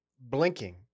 blinking